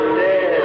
dead